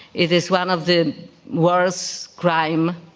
it is one of the worst crimes